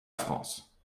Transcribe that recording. france